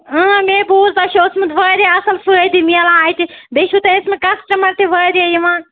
اۭں مے بوٗز توہہِ چھُو اوسمُت واریاہ اَصٕل فٲیدٕ میلان اَتہِ بیٚیہِ چھُو تۄہہِ ٲسۍمٕتۍ کسٹٕمَر تہِ واریاہ یِوان